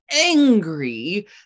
angry